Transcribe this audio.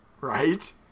Right